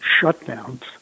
shutdowns